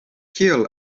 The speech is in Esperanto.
kiel